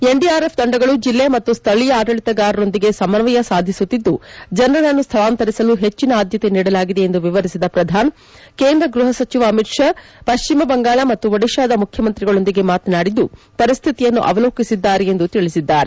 NDRF ತಂಡಗಳು ಜಿಲ್ಲೆ ಮತ್ತು ಸ್ಥಳೀಯ ಆಡಳಿತಗಾರರೊಂದಿಗೆ ಸಮನ್ಗಯ ಸಾಧಿಸುತ್ತಿದ್ದು ಜನರನ್ನು ಸ್ಥಳಾಂತರಿಸಲು ಹೆಚ್ಚಿನ ಆದ್ನತೆ ನೀಡಲಾಗಿದೆ ಎಂದು ವಿವರಿಸಿದ ಪ್ರಧಾನ್ ಕೇಂದ್ರ ಗೃಹ ಸಚಿವ ಅಮಿತ್ ಶಾ ಅವರು ಪಶ್ಚಿಮ ಬಂಗಾಳ ಮತ್ತು ಒಡಿಶಾದ ಮುಖ್ಯಮಂತ್ರಿಗಳೊಂದಿಗೆ ಮಾತನಾಡಿದ್ದು ಪರಿಸ್ಥಿತಿಯನ್ನು ಅವಲೋಕಿಸಿದ್ದಾರೆ ಎಂದು ತಿಳಿಸಿದ್ದಾರೆ